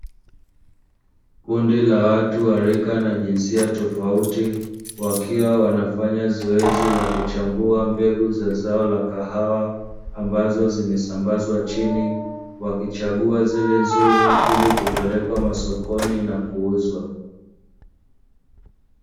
Kundi la watu wa rika na jinsia tofauti wakiwa wanafanya zoezi la kuchambua mbegu za zao la kahawa; ambazo zimesambazwa chini, wakichagua zile nzuri ili kupelekwa masokoni na kuuzwa.